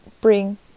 bring